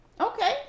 okay